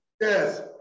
Yes